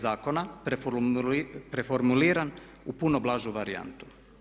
Zakona preformuliran u puno blažu varijantu.